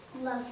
Love